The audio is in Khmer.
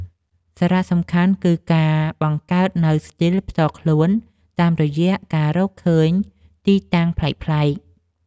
សារៈសំខាន់គឺការបង្កើតនូវស្ទីលផ្ទាល់ខ្លួន តាមរយៈការរកឃើញទីតាំងប្លែកៗ។